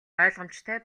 ойлгомжтой